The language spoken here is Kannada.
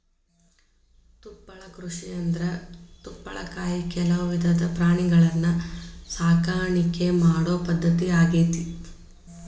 ತುಪ್ಪಳ ಕೃಷಿಯಂದ್ರ ತುಪ್ಪಳಕ್ಕಾಗಿ ಕೆಲವು ವಿಧದ ಪ್ರಾಣಿಗಳನ್ನ ಸಾಕಾಣಿಕೆ ಮಾಡೋ ಪದ್ಧತಿ ಆಗೇತಿ